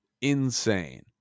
insane